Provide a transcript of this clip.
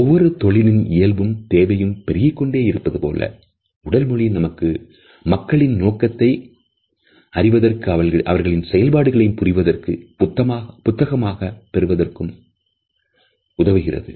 ஒவ்வொரு தொழிலின் இயல்பும் தேவையும் பெருகிக்கொண்டே இருப்பதுபோல் உடல் மொழி நமக்கு மக்களின் நோக்கத்தை அறிவதற்கும் அவர்களின் செயல்பாடுகளை புரிவதற்கும் புத்தாக்கம் பெறுவதற்கும் உதவுகிறது